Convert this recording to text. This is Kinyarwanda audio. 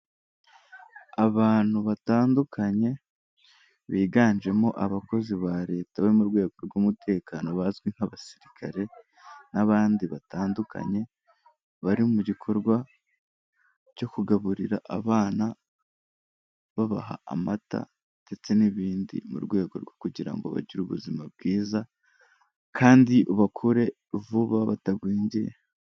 Abantu batandukanye biganjemo abakozi ba leta bo mu rwego rw'umutekano bazwi nk'abasirikare n'abandi batandukanye, bari mu gikorwa cyo kugaburira abana babaha amata ndetse n'ibindi mu rwego rwo kugira ngo bagire ubuzima bwiza kandi bakure vuba batagwingiye.